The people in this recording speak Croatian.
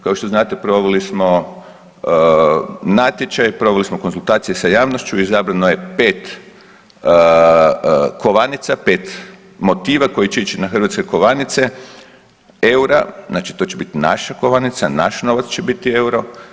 Kao što znate, proveli smo natječaj, proveli smo konzultacije sa javnošću, izabrano je 5 kovanica, 5 motiva koji će ići na hrvatske kovanice eura, znači to će biti naša kovanica, naš novac će biti euro.